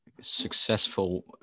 successful